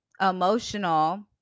emotional